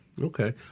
Okay